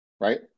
right